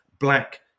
black